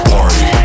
Party